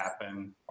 happen